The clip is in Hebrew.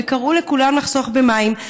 וקראו לכולם לחסוך במים,